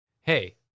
hey